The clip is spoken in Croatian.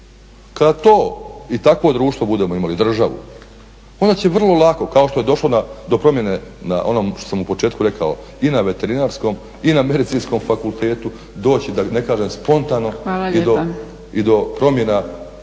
Kad to i takvo društvo budemo imali i državu onda će vrlo lako kao što je došlo do promjene na onom što sam u početku rekao i na Veterinarskom i na Medicinskom fakultetu doći da ne kažem spontano i do promjena